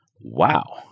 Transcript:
wow